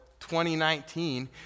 2019